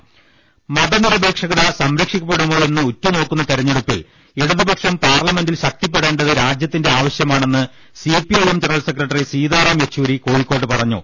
ദ്ദ മതനിരപേക്ഷത സംരക്ഷിക്കപ്പെടുമോയെന്ന് ഉറ്റുനോക്കുന്ന തെരഞ്ഞെടുപ്പിൽ ഇടതുപക്ഷം പാർലമെന്റിൽ ശക്തിപ്പെടേണ്ടത് രാജ്യത്തിന്റെ ആവശ്യമാണെന്ന് C P I M general secretary Sitaram Yechury കോഴിക്കോട്ട് പറഞ്ഞു